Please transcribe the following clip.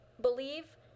believe